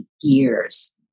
years